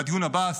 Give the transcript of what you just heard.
והדיון הבא,